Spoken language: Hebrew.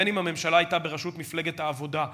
בין אם הממשלה הייתה בראשות מפלגת העבודה,